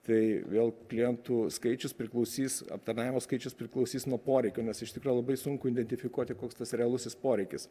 tai vėl klientų skaičius priklausys aptarnavimo skaičius priklausys nuo poreikio nes iš tikro labai sunku identifikuoti koks tas realusis poreikis